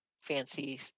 fancy